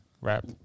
rap